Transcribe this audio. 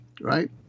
right